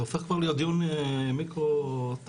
זה הופך כבר להיות דיון מיקרו טקטי.